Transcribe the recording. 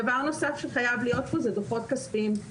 דבר נוסף שחייב להיות פה זה דוחות כספיים.